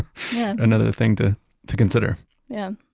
another thing to to consider yeah,